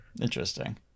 Interesting